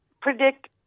predict